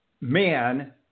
Man